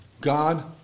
God